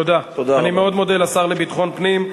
אני מאוד מודה לשר לביטחון פנים.